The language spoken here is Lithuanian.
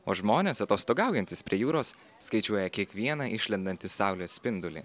o žmonės atostogaujantys prie jūros skaičiuoja kiekvieną išlendantį saulės spindulį